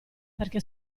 perché